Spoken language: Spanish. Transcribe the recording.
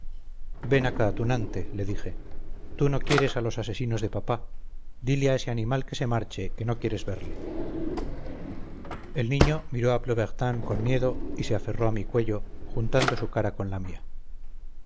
míos ven acá tunante le dije tú no quieres a los asesinos de papá dile a ese animal que se marche que no quieres verle el niño miró a plobertin con miedo y se aferró a mi cuello juntando su cara con la mía